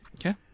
Okay